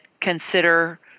consider